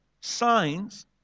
signs